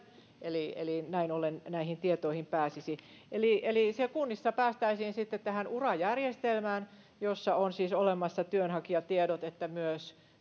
eli eli näin ollen näihin tietoihin pääsisi siellä kunnissa päästäisiin sitten tähän ura järjestelmään jossa on siis olemassa työnhakijatiedot ja myös